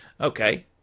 Okay